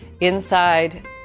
inside